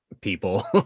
people